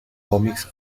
comics